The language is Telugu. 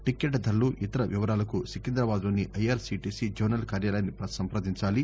టికెట్ ధరలు ఇతర వివరాలకు సికిందాబాద్ లోని ఐఆర్సిటిసి జోనల్ కార్యాలయాన్ని సంపదించాలి